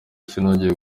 sinongeye